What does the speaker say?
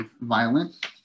violent